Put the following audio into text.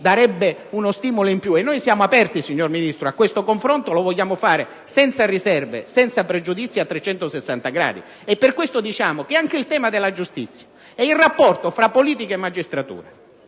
darebbe uno stimolo in più. Noi siamo aperti, signor Ministro: questo confronto lo vogliamo portare avanti senza riserve e pregiudizi, a 360 gradi. Per questa ragione pensiamo che anche il tema della giustizia e il rapporto tra politica e magistratura,